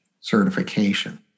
certification